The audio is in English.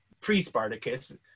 pre-Spartacus